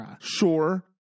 Sure